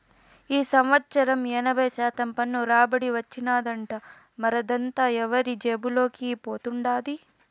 ఈ సంవత్సరం ఎనభై శాతం పన్ను రాబడి వచ్చినాదట, మరదంతా ఎవరి జేబుల్లోకి పోతండాది